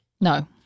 No